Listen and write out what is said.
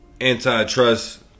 antitrust